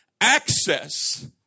access